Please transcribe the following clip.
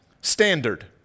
standard